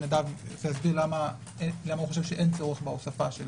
תרצה להסביר למה משרד המשפטים חושב שאין צורך בהוספה?